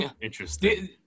interesting